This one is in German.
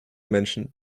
menschen